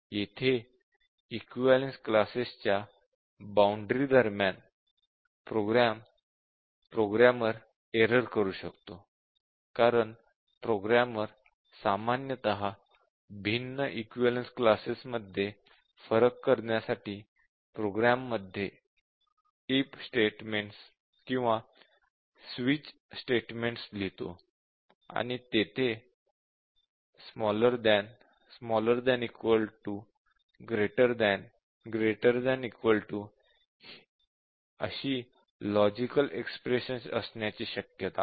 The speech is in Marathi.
येथे इक्विवलेन्स क्लासेस च्या बाउंडरी दरम्यान प्रोग्रामर एरर करू शकतो कारण प्रोग्रामर सामान्यतः भिन्न इक्विवलेन्स क्लासेस मध्ये फरक करण्यासाठी प्रोग्राम मध्ये इफ स्टेटमेंट्स किंवा स्विच स्टेटमेंट्स लिहितो आणि तेथे लॉजिकल एक्सप्रेशन असण्याची शक्यता आहे